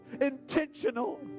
intentional